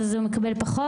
אז הוא מקבל פחות?